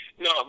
No